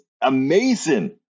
amazing